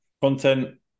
content